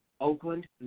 Oakland